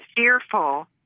fearful